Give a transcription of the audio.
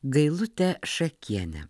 gailutę šakienę